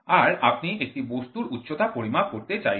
আর আপনি একটি বস্তুর উচ্চতা পরিমাপ করতে চাইছেন